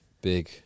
big